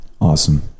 Awesome